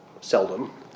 Seldom